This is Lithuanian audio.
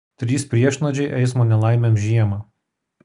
trys priešnuodžiai eismo nelaimėms žiemą